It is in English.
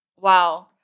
Wow